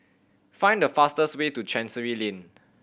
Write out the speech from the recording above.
find the fastest way to Chancery Lane